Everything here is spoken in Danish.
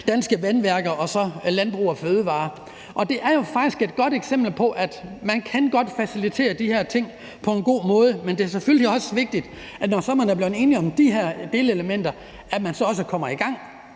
Danske Vandværker og Landbrug & Fødevarer. Det er jo faktisk et godt eksempel på, at man godt kan facilitere de her ting på en god måde. Men det er selvfølgelig også vigtigt, at man, når man er blevet enige om de her delelementer, så også kommer i gang.